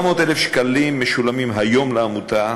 400,000 שקלים משולמים היום לעמותה,